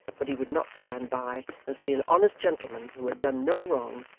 but he would not stand by and see an honest gentleman who had done no wrong,